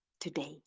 today